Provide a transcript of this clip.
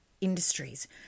industries